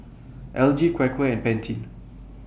L G Quaker and Pantene